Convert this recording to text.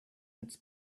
its